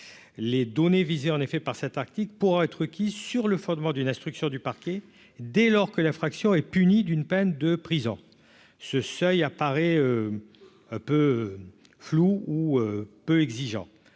les données en effet par cette tactique pourra être qui, sur le fondement d'une instruction du parquet dès lors que l'infraction est punie d'une peine de prison ce seuil à parer un peu flou ou peu exigeant